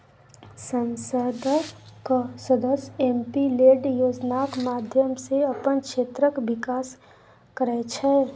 संसदक सदस्य MP LAD योजनाक माध्यमसँ अपन क्षेत्रक बिकास करय छै